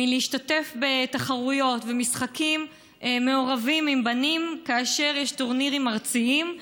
להשתתף בתחרויות ומשחקים מעורבים עם בנים כאשר יש טורנירים ארציים.